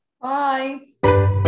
bye